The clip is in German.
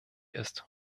ist